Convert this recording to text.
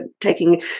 taking